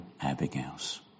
Abigail's